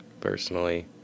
personally